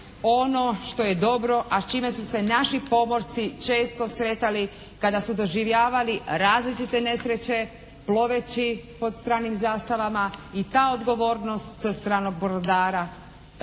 ono što je dobro, a čime su se naši pomorci često sretali kada su doživljavali različite nesreće ploveći pod stranim zastavama i ta odgovornost tog stranog brodara